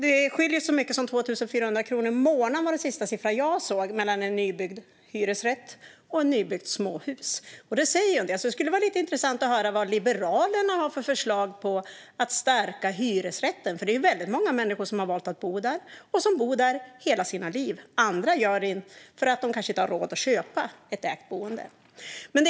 Det skiljer så mycket som 2 400 kronor i månaden - den senaste siffra jag har sett - mellan en nybyggd hyresrätt och ett nybyggt småhus. Det säger en del. Det skulle vara lite intressant att höra vad Liberalerna har för förslag på att stärka hyresrätten eftersom det är många människor som har valt att bo där och som bor där hela livet. Andra gör det inte därför att de inte har råd att köpa ett ägt boende.